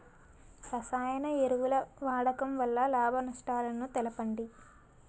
రసాయన ఎరువుల వాడకం వల్ల లాభ నష్టాలను తెలపండి?